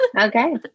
Okay